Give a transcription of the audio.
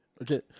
Okay